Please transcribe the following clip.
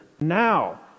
Now